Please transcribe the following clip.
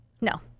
No